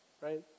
right